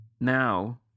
Now